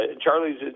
charlie's